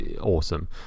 awesome